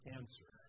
answer